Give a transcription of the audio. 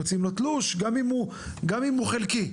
ומוציאים לו תלוש גם אם הוא חלקי.